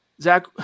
Zach